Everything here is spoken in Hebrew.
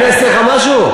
אני עשיתי לך משהו?